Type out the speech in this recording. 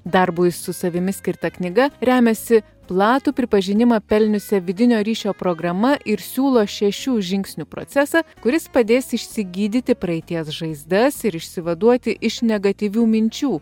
darbui su savimi skirta knyga remiasi platų pripažinimą pelniusia vidinio ryšio programa ir siūlo šešių žingsnių procesą kuris padės išsigydyti praeities žaizdas ir išsivaduoti iš negatyvių minčių